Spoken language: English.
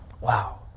Wow